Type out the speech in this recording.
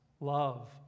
love